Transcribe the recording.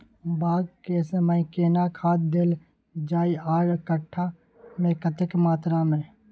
बाग के समय केना खाद देल जाय आर कट्ठा मे कतेक मात्रा मे?